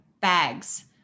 bags